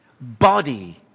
body